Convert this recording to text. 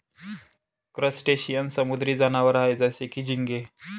crustacean समुद्री जनावर आहे जसं की, झिंगे